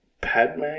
Padme